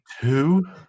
two